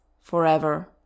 forever